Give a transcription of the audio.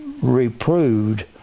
reproved